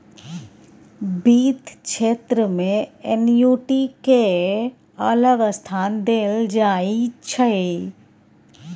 बित्त क्षेत्र मे एन्युटि केँ अलग स्थान देल जाइ छै